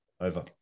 Over